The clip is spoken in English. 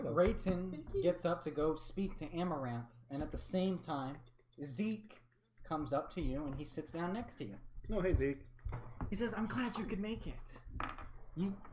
ah rates and it's up to go speak to him around and at the same time zeke comes up to you and he sits down next to you oh, hey zeke he says i'm glad you could make it you